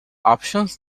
options